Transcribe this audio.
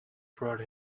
brought